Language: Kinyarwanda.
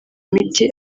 miti